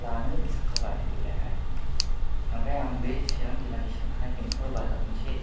लानो सानखाबाय देग्लाय हाय ओमफ्राय आं बे चिरां जिल्लानि सिङाव थानाय बेंथल बाजार मोनसे